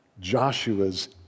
Joshua's